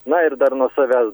na ir dar nuo savęs